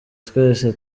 twese